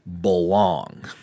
belong